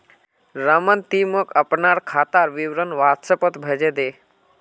रमन ती मोक अपनार खातार विवरण व्हाट्सएपोत भेजे दे